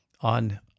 on